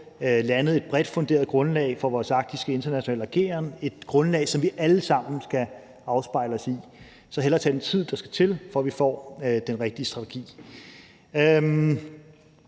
landet et bredt funderet grundlag for vores internationale arktiske ageren, et grundlag, som vi alle sammen skal afspejle os i. Så hellere tage den tid, der skal til, for at vi får den rigtige strategi.